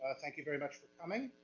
ah thank you very much for coming.